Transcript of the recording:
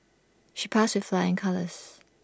she passed with flying colours